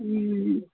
हूँ